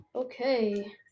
Okay